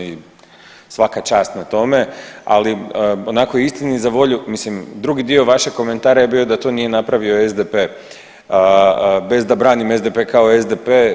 I svaka čast na tome, ali onako istini za volju mislim drugi dio vašeg komentara je bio da to nije napravio SDP bez da branim SDP kao SDP.